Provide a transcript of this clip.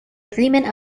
agreement